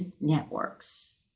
networks